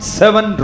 seven